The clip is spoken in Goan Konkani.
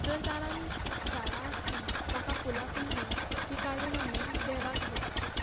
जर दारान झाडां आसली ताका फुलां फुल्ली ती काडून आमी देवाक घालपाक शकता